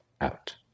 out